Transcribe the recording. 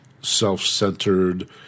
self-centered